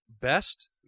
best